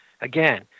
Again